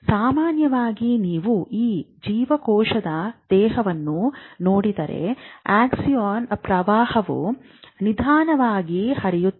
ಸಾಮಾನ್ಯವಾಗಿ ನೀವು ಈ ಜೀವಕೋಶದ ದೇಹವನ್ನು ನೋಡಿದರೆ ಆಕ್ಸಾನ್ನ ಪ್ರವಾಹವು ನಿಧಾನವಾಗಿ ಹರಿಯುತ್ತದೆ